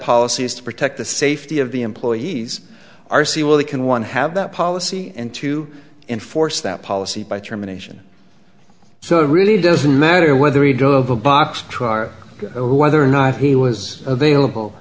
policy is to protect the safety of the employees are see while they can one have that policy and to enforce that policy by termination so it really doesn't matter whether you do a box whether or not he was available